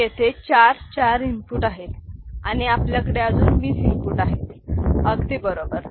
तर तेथे 4 4 इनपुट आहेत आणि आपल्याकडे अजून 20 इनपुट आहेत अगदी बरोबर